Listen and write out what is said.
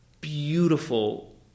beautiful